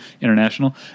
International